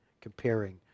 comparing